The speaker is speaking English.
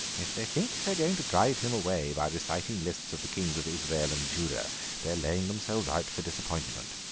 if they think they're going to drive him away by reciting lists of the kings of israel and judah they're laying themselves out for disappointment,